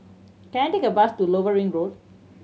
can I take a bus to Lower Ring Road